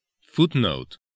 Footnote